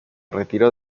retiró